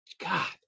God